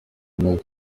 imyaka